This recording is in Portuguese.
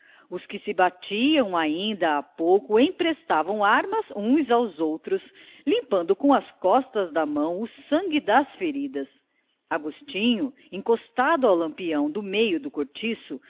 os que se batiam ainda há pouco emprestavam armas uns aos outros limpando com as costas das mãos o sangue das feridas agostinho encostado ao lampião do meio do cortiço